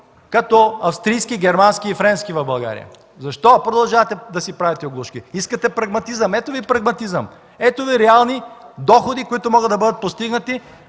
като австрийски, германски и френски?! Защо продължавате да си правите оглушки?! Искате прагматизъм – ето Ви прагматизъм, ето Ви реални доходи, които могат да бъдат постигнати,